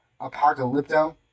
Apocalypto